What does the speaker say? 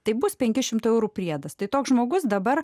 tai bus penki šimtai eurų priedas tai toks žmogus dabar